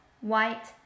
white